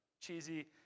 cheesy